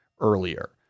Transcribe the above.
earlier